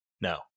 no